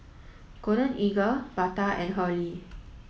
Golden Eagle Bata and Hurley